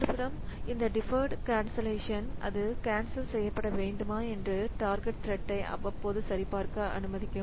மறுபுறம் இந்த deferred cancellation அது கேன்சல் செய்யப்பட வேண்டுமா என்று டார்கெட் த்ரெட்டை அவ்வப்போது சரிபார்க்க அனுமதிக்கும்